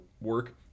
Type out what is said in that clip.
work